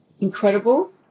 incredible